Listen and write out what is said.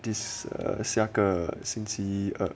this 下个星期二